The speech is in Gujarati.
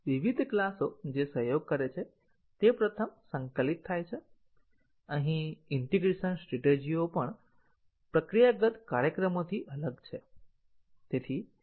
વિવિધ ક્લાસો જે સહયોગ કરે છે તે પ્રથમ સંકલિત થાય છે અહીં ઈન્ટીગ્રેશન સ્ટ્રેટેજિઓ પણ પ્રક્રિયાગત કાર્યક્રમોથી અલગ છે